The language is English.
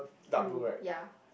blue ya